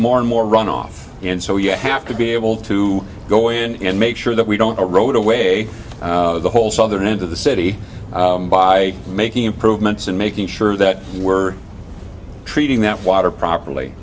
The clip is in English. more and more runoff and so you have to be able to go in and make sure that we don't erode away the whole southern end of the city by making improvements and making sure that we're treating that water properly